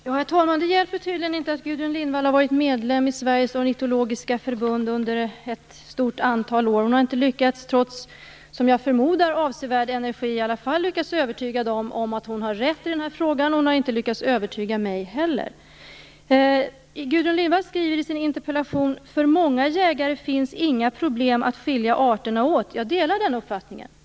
Herr talman! Det hjälper tydligen inte att Gudrun Lindvall har varit medlem i Sveriges ornitologiska förbund under ett stort antal år. Hon har i alla fall inte trots, som jag förmodar, avsevärd energi lyckats övertyga dem om att hon har rätt i den här frågan. Hon har inte lyckats övertyga mig heller. Gudrun Lindvall skriver i sin interpellation: För många jägare finns inga problem att skilja arterna åt. Jag delar den uppfattningen.